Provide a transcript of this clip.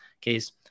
case